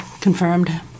confirmed